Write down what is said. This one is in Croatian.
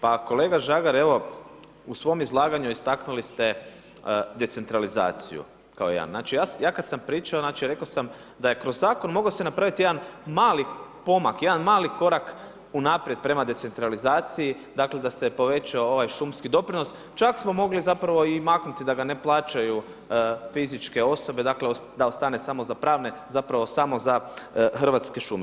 Pa kolega Žagar, evo u svom izlaganju istaknuli ste decentralizaciju kao jedan, ja kad sam pričao rekao sam da se kroz zakon moglo napraviti jedan mali pomak, jedan mali korak unaprijed prema decentralizaciji da se povećao ovaj šumski doprinos, čak smo mogli zapravo i maknuti da ga ne plaćaju fizičke osobe da ostane samo za pravne zapravo samo za Hrvatske šume.